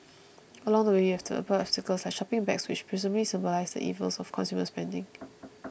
along the way you have to avoid obstacles like shopping bags which presumably symbolise the evils of consumer spending